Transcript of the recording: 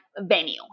venue